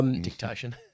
dictation